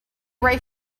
right